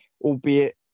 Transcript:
albeit